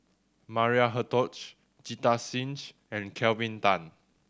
Maria Hertogh Jita Singh and Kelvin Tan